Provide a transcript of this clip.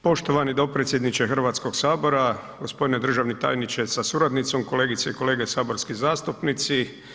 Poštovani dopredsjedniče Hrvatskoga sabora, g. državni tajniče sa suradnicom, kolegice i kolege saborski zastupnici.